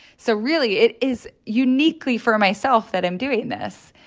so, really, it is uniquely for myself that i'm doing this.